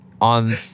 on